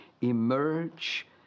Emerge